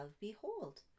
Behold